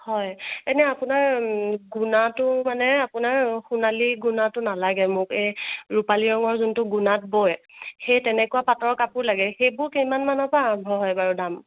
হয় এনে আপোনাৰ গুনাটো মানে আপোনাৰ সোণালী গুনাটো নালাগে মোক এই ৰূপালী ৰঙৰ যোনটো গুনাত বয় সেই তেনেকুৱা পাটৰ কাপোৰ লাগে সেইবোৰ কিমান মানৰ পৰা আৰম্ভ হয় বাৰু দাম